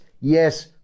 Yes